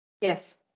Yes